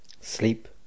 sleep